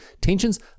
tensions